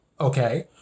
okay